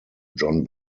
john